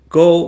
go